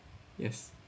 yes